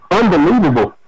unbelievable